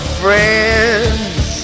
friends